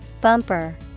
Bumper